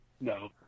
no